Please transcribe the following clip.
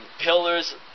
pillars